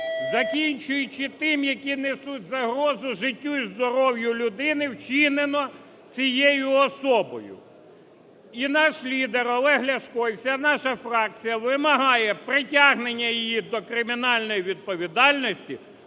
закінчуючи тими, які несуть загрозу життю і здоров'ю людини, вчинено цією особою. І наш лідер Олег Ляшко і вся наша фракція вимагає притягнення її до кримінальної відповідальності,